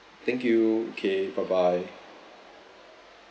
thank you okay bye bye